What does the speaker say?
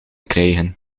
krijgen